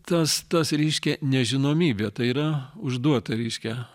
tas tas reiškia nežinomybė tai yra užduota reiškia